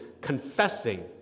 confessing